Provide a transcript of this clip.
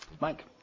Mike